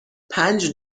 پنج